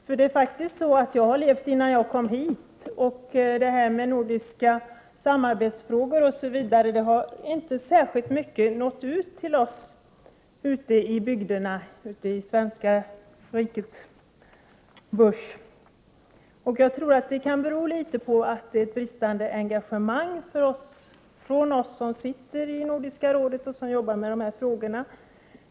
Jag har faktiskt levt innan jag kom hit, och det här med nordiska samarbetsfrågor har inte i särskilt stor utsträckning nått fram till oss ute i bygderna, i det svenska rikets bush. Jag tror att det i någon mån kan bero på ett bristande engagemang hos oss som sitter i Nordiska rådet och arbetar med dessa frågor.